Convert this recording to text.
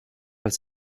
als